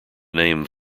name